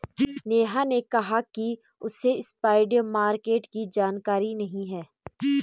नेहा ने कहा कि उसे स्पॉट मार्केट की जानकारी नहीं है